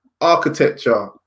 architecture